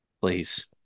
Please